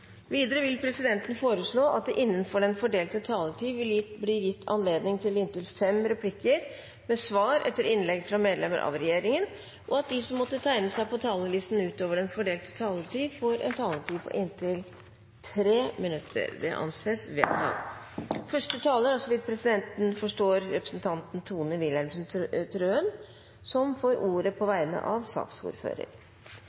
Videre vil presidenten foreslå at det blir gitt anledning til inntil fem replikker med svar etter innlegg fra medlemmer av regjeringen innenfor den fordelte taletid, og at de som måtte tegne seg på talerlisten utover den fordelte taletid, får en taletid på inntil 3 minutter. – Det anses vedtatt. Representanten Tone Wilhelmsen Trøen får ordet på